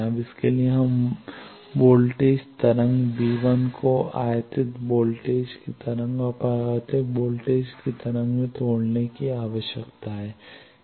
अब इसके लिए हमें वोल्टेज तरंग V1 को आयातित वोल्टेज की तरंग और परावर्तित वोल्टेज तरंग में तोड़ने की आवश्यकता है